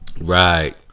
Right